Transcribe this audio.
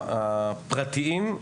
הפרטיים,